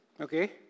Okay